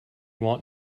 want